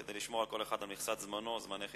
כדי לשמור על מכסת זמנו של כל אחד,